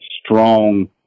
Strong